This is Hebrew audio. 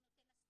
הוא נותן הסכמה,